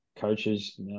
coaches